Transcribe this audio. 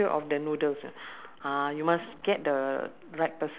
are you a noodle wait are you a noodle or a rice person